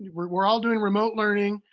we're all doing remote learning,